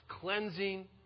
cleansing